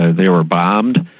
ah they were bombed.